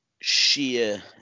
sheer